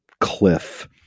cliff